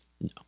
No